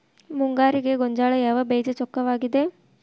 ಮುಂಗಾರಿಗೆ ಗೋಂಜಾಳ ಯಾವ ಬೇಜ ಚೊಕ್ಕವಾಗಿವೆ?